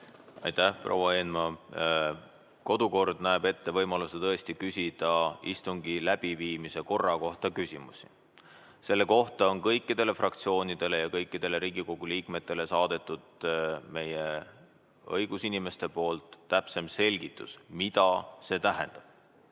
Aitäh, proua Eenmaa! Kodukord näeb ette võimaluse tõesti küsida istungi läbiviimise korra kohta küsimusi. Selle kohta on kõikidele fraktsioonidele ja kõikidele Riigikogu liikmetele saadetud meie õigusinimeste poolt täpsem selgitus, mida see tähendab.